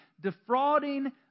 defrauding